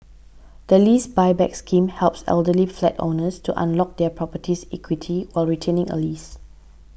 the Lease Buyback Scheme helps elderly flat owners to unlock their property's equity while retaining a lease